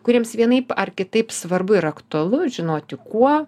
kuriems vienaip ar kitaip svarbu ir aktualu žinoti kuo